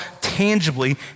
tangibly